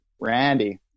Randy